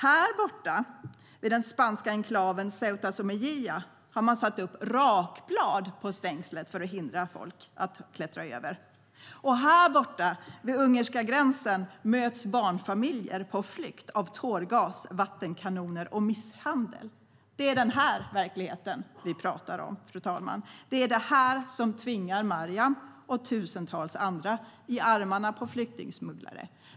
Härborta - vid den spanska enklaven Ceuta och Melilla - har man satt upp rakblad på stängslet för att hindra människor att klättra över. Härborta - vid ungerska gränsen - möts barnfamiljer på flykt av tårgas, vattenkanoner och misshandel. Fru talman! Det är den verkligheten vi pratar om. Det är detta som tvingar Maryam, och tusentals andra, i armarna på flyktingsmugglare.